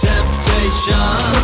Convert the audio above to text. Temptation